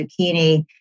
zucchini